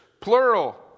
Plural